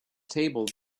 table